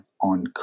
on